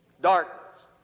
Darkness